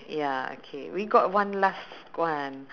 ya okay we got one last one